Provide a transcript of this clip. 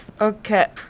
okay